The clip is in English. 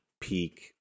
peak